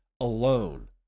alone